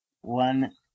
one